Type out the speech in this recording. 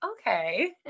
okay